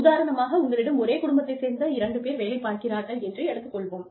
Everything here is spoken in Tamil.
உதாரணமாக உங்களிடம் ஒரே குடும்பத்தைச் சேர்ந்த இரண்டு பேர் வேலை பார்க்கிறார்கள் என்று எடுத்துக் கொள்வோம்